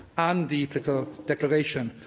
and the political declaration,